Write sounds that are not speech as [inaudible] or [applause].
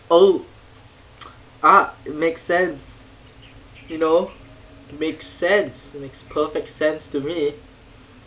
oh [noise] ah makes sense you know makes sense makes perfect sense to me